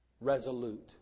resolute